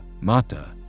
mata